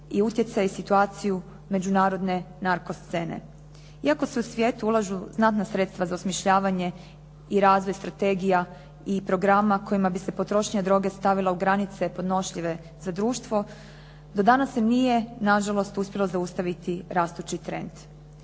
i utjecaj i situaciju međunarodne narko scene. Iako se u svijetu ulažu znatna sredstva za osmišljavanje i razvoj strategija i programa kojima bi se potrošnja droge stavila u granice podnošljive za društvo, do danas se nije na žalost uspjelo zaustaviti rastući trend.